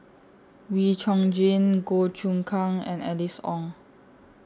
Wee Chong Jin Goh Choon Kang and Alice Ong